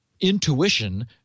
intuition